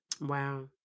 wow